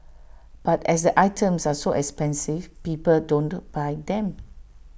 but as the items are so expensive people don't buy them